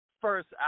first